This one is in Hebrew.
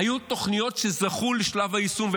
היו תוכניות שזכו לשלב היישום,